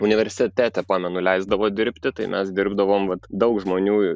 universitete pamenu leisdavo dirbti tai mes dirbdavom vat daug žmonių